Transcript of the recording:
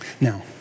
Now